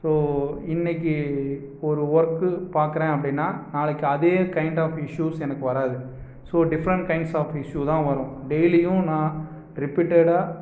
so இன்றைக்கி ஒரு work பார்க்கறேன் அப்படின்னா நாளைக்கு அதே கைண்ட் ஆஃப் இஷ்யூஸ் எனக்கு வராது so different kinds of issue தான் வரும் டெய்லியும் நான் ரிப்பீட்டடாக